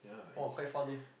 !wah! quite fun leh